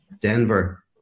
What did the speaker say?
Denver